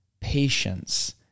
patience